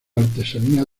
artesanía